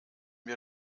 wir